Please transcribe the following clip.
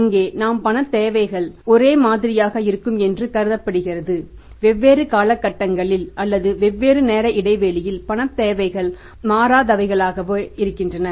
அங்கே நம் பணத் தேவைகள் ஒரே மாதிரியாக இருக்கும் என்று கருதப்படுகிறது வெவ்வேறு காலகட்டங்களில் அல்லது வெவ்வேறு நேர இடைவெளியில் பணத் தேவைகள் மாறாதவையாகவே இருக்கின்றன